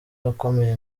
akomeye